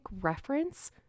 reference